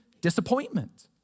disappointment